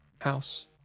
house